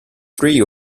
three